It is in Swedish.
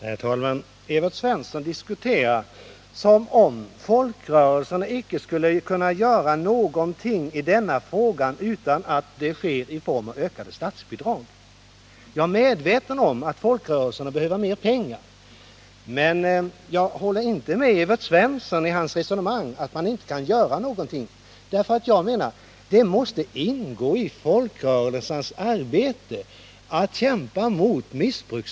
Herr talman! Evert Svensson diskuterar som om folkrörelserna icke skulle kunna göra någonting i denna fråga utan att det sker med hjälp av ökade statsbidrag. Jag är medveten om att folkrörelserna behöver mer pengar, men jag håller inte med Evert Svensson i hans resonemang att man inte kan göra någonting. Jag menar att det måste ingå i folkrörelsernas arbete att kämpa mot missbruk.